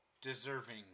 deserving